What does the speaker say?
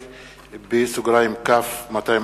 נתקבלה.